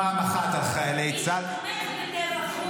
פעם אחת על חיילי צה"ל --- לא אנחנו נרמלנו טבח.